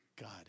God